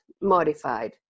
modified